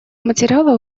материала